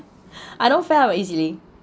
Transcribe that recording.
I don't fell easily